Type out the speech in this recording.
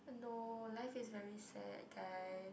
no life is very sad guys